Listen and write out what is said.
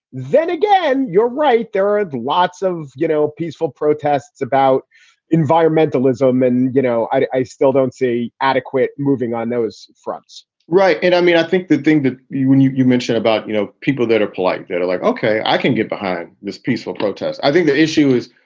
then again, you're right, there are lots of, you know, peaceful protests about environmentalism. and, you know, i i still don't see adequate moving on those fronts right. and i mean, i think the thing that you and you mentioned about, you know, people that are polite, they're but like, ok, i can get behind this peaceful protest. i think the issue is,